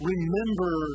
Remember